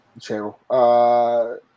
channel